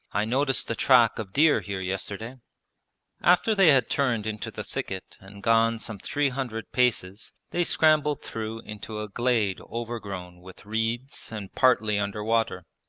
i noticed the track of deer here yesterday after they had turned into the thicket and gone some three hundred paces they scrambled through into a glade overgrown with reeds and partly under water.